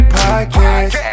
podcast